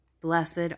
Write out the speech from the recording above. Blessed